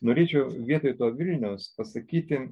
norėčiau vietoj to griniaus pasakyti